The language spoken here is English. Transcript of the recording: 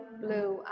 blue